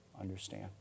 understand